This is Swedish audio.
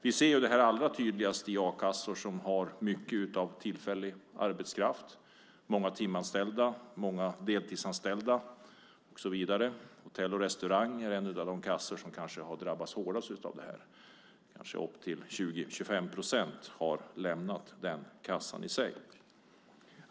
Vi ser det allra tydligast i fråga om a-kassor som har mycket tillfällig arbetskraft, många timanställda, många deltidsanställda och så vidare. Hotell och restaurang är en av de kassor som kanske har drabbats hårdast av det här. Kanske så många som 20-25 procent har lämnat den kassan.